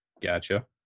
Gotcha